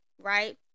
right